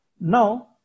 Now